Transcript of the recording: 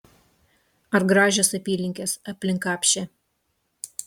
ar gražios apylinkės aplink apšę